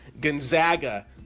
Gonzaga